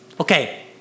Okay